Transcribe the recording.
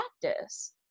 practice